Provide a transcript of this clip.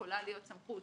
שיכולה להיות סמכות